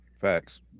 facts